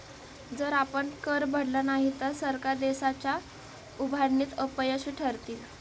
जर आपण कर भरला नाही तर सरकार देशाच्या उभारणीत अपयशी ठरतील